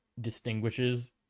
distinguishes